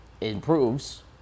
improves